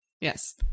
Yes